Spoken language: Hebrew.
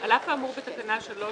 על אף האמור בתקנה 3,